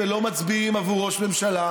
ומתי מגיעים חברי הקואליציה?